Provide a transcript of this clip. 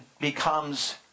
becomes